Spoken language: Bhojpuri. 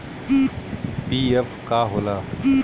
पी.एफ का होला?